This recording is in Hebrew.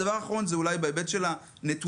הדבר האחרון זה בהיבט של הנתונים.